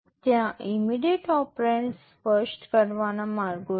ત્યાં immediate operands સ્પષ્ટ કરવાના માર્ગો છે